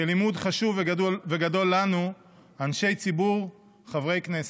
כלימוד חשוב וגדול לנו, אנשי הציבור, חברי הכנסת.